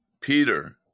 Peter